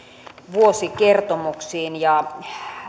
vuosikertomuksiin ja